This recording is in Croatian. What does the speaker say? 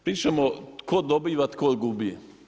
Pričamo tko dobiva, tko gubi.